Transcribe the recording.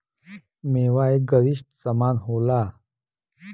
मेवा एक गरिश्ट समान होला